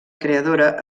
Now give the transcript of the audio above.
creadora